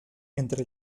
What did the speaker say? entre